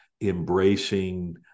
embracing